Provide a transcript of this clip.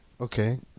okay